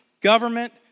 government